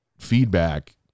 feedback